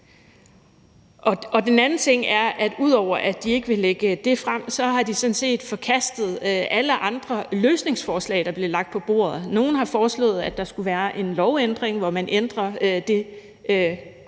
Den anden ting er, at ud over at de ikke vil lægge det frem, har de sådan set forkastet alle andre løsningsforslag, der bliver lagt på bordet. Nogle har foreslået, at der skulle være en lovændring, hvor man ændrer, at